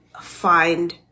find